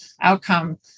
outcome